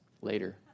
later